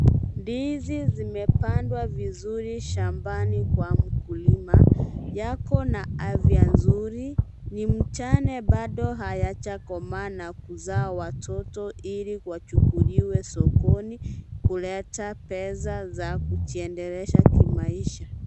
Ndizi zimepandwa vizuri, shambani kwa mkulima, Yako na vya afya nzuri. Ni mchane bado hayajakomaa na kuzaa watoto ili wachukuliwe sokoni, kuleta pesa za kujiendeleza kimaisha.